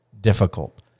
difficult